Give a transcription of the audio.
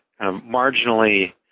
marginally